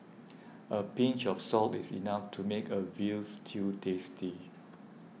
a pinch of salt is enough to make a Veal Stew tasty